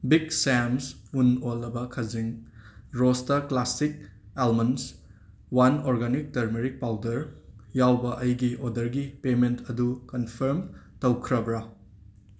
big ꯁꯦꯝꯁ ꯎꯟ ꯑꯣꯜꯂꯕ ꯈꯖꯤꯡ ꯔꯣꯁꯇ ꯀ꯭ꯂꯥꯁꯤꯛ ꯑꯦꯜꯃꯟꯁ ꯋꯥꯟ ꯑꯣꯔꯒꯥꯅꯤꯛ ꯇꯔꯃꯔꯤꯛ ꯄꯥꯎꯗꯔ ꯌꯥꯎꯕ ꯑꯩꯒꯤ ꯑꯣꯗꯔꯒꯤ ꯄꯦꯃꯦꯟꯠ ꯑꯗꯨ ꯀꯟꯐꯔꯝ ꯇꯧꯈ꯭ꯔꯕꯔ